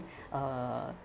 err